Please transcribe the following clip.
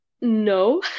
No